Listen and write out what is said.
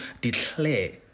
declare